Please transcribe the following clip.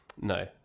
No